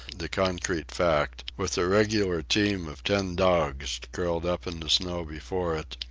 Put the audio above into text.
the concrete fact, with the regular team of ten dogs curled up in the snow before it,